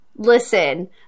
Listen